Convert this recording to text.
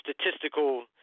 statistical